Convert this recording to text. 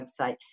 website